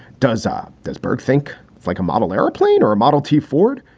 does ah it does berg think it's like a model airplane or a model t ford?